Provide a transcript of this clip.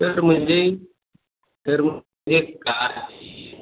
sir मुझे sir मुझे एक कार चहिए